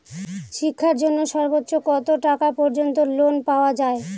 শিক্ষার জন্য সর্বোচ্চ কত টাকা পর্যন্ত লোন পাওয়া য়ায়?